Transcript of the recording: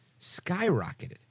skyrocketed